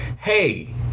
hey